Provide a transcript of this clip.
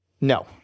No